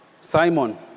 Simon